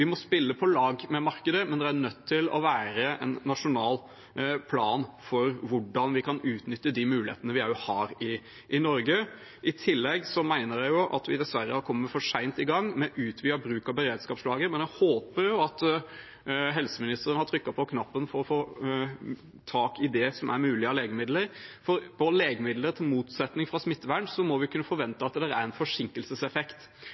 vi må spille på lag med markedet, men det er nødt til å være en nasjonal plan for hvordan vi kan utnytte de mulighetene vi også har i Norge. I tillegg mener jeg at vi dessverre er kommet for sent i gang med utvidet bruk av beredskapslager, men jeg håper at helseministeren har trykket på knappen for å få tak i det som er mulig å få av legemidler. For når det gjelder legemidler – i motsetning til smittevern – må vi kunne